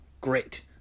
great